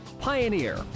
Pioneer